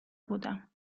بودم